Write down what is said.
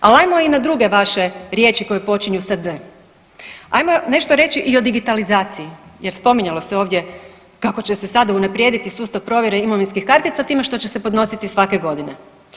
Ali ajmo i na druge vaše riječi koje počinju sa D. Ajmo nešto reći i o digitalizaciji jer spominjalo se ovdje kako će se sada unaprijediti sustav provjere imovinskih kartica time što će se podnositi svake godine.